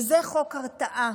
וזה חוק הרתעה.